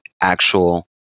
actual